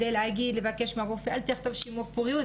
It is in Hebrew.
לבקש מהרופא אל תכתוב שימור פוריות,